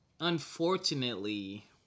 unfortunately